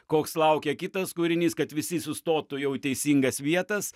koks laukia kitas kūrinys kad visi sustotų jau teisingas vietas